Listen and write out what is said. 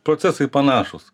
procesai panašūs